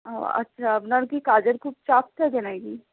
ও আচ্ছা আপনার কি কাজের খুব চাপ থাকে নাকি